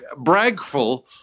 bragful